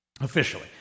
officially